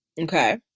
Okay